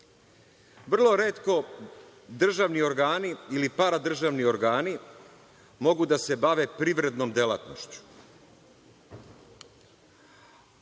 Vrlo retko državni organi ili paradržavni organi mogu da se bave privrednom delatnošću,